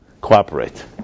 cooperate